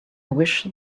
wish